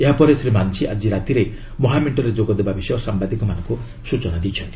ଏହା ପରେ ଶ୍ରୀ ମାନ୍ଝୀ ଆଜି ରାତିରେ ମହାମେଣ୍ଟରେ ଯୋଗଦେବା ବିଷୟ ସାମ୍ଭାଦିକମାନଙ୍କୁ ସୂଚନା ଦେଇଛନ୍ତି